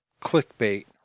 clickbait